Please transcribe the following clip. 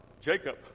Jacob